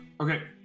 Okay